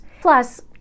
Plus